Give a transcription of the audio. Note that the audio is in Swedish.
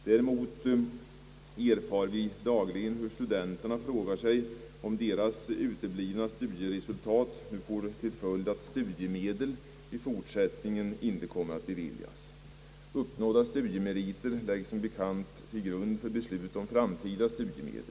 Däremot erfar vi dagligen att studenterna frågar sig om deras eventuellt uteblivna studieresultat nu får till följd att studiemedel i fortsättningen inte kommer att beviljas. Uppnådda studiemeriter läggs som bekant till grund för beslut om framtida studiemedel.